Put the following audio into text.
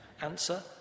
Answer